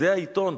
זה העיתון,